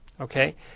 okay